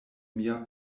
mia